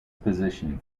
position